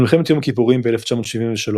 במלחמת יום הכיפורים ב-1973,